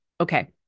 Okay